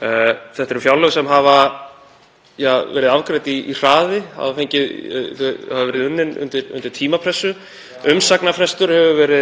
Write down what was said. Þetta eru fjárlög sem hafa verið afgreidd með hraði, hafa verið unnin undir tímapressu. Umsagnarfrestur hefur